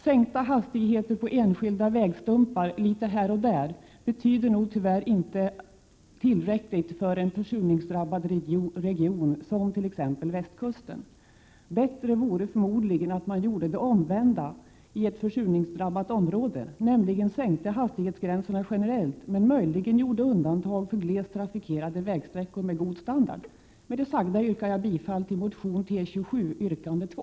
Sänkta hastigheter på enskilda vägstumpar litet här och där betyder nog tyvärr inte tillräckligt för en försurningsdrabbad region, som t.ex. västkusten. Bättre vore förmodligen att man gjorde det omvända i ett försurningsdrabbat område, nämligen sänkte hastighetsgränserna generellt, möjligen med undantag för glest trafikerade vägsträckor med god standard. Med det sagda yrkar jag bifall till motion T27, yrkande 2.